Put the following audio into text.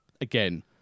again